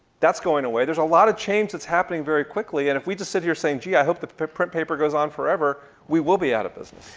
that's going away. there's a lot of change that's happening very quickly. and if we just sit here saying gee i hope the print paper goes on forever, we will be out of business.